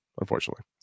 unfortunately